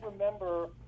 remember